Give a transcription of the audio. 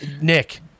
Nick